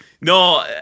No